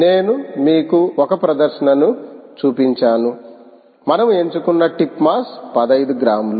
నేను మీకు ఒక ప్రదర్శనను చూపించాను మనము ఎంచుకున్న టిప్ మాస్15 గ్రాములు